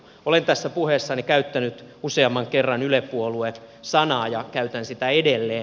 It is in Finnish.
olen tässä puheessani käyttänyt useamman kerran yle puolue sanaa ja käytän sitä edelleen